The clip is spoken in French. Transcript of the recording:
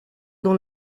dans